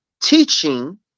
teaching